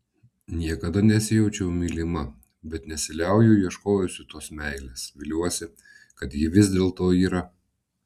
niekada nesijaučiau mylima bet nesiliauju ieškojusi tos meilės viliuosi kad ji vis dėlto yra